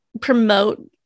promote